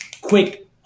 quick